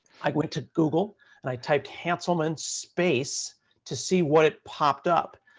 i went to google and i typed hanselman space to see what it popped up.